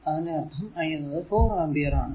അതിന്റെ അർഥം i എന്നത് 4 ആമ്പിയർ ആണ്